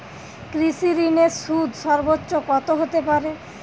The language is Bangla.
কৃষিঋণের সুদ সর্বোচ্চ কত হতে পারে?